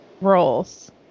roles